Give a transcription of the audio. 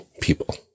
people